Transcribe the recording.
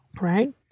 right